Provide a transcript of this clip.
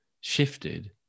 shifted